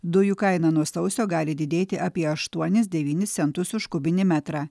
dujų kaina nuo sausio gali didėti apie aštuonis devynis centus už kubinį metrą